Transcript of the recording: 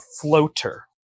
floater